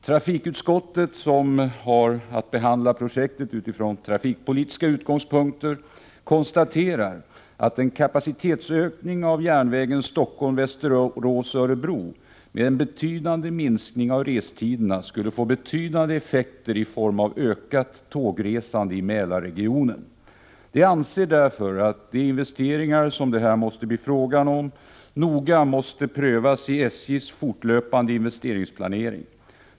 Trafikutskottet, som har att behandla projektet utifrån trafikpolitiska utgångspunkter, konstaterar att en kapacitetsökning för järnvägen Stockholm-Västerås-Örebro med en betydande minskning av restiderna skulle få väsentliga effekter i form av ökat tågresande i Mälarregionen. Utskottet anser därför att de investeringar som det här måste bli fråga om noga bör prövas i SJ:s fortlöpande investeringsplanering.